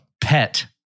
Pet